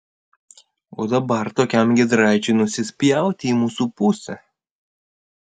o dabar tokiam giedraičiui nusispjauti į mūsų pusę